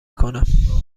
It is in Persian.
کنم